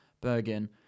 Bergen